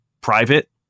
private